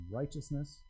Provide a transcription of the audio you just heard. righteousness